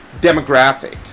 demographic